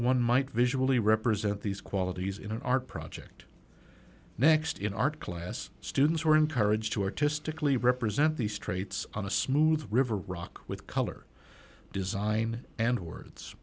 one might visually represent these qualities in an art project next in art class students were encouraged to artistically represent these traits on a smooth river rock with color design and words